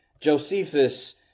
Josephus